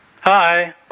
Hi